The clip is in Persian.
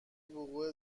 وقوع